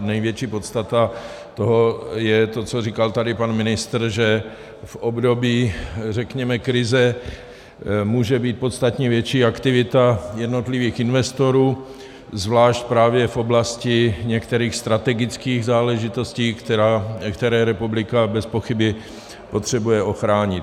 Největší podstata toho je to, co říkal tady pan ministr, že v období, řekněme, krize může být podstatně větší aktivita jednotlivých investorů, zvlášť právě v oblasti některých strategických záležitostí, které republika bezpochyby potřebuje ochránit.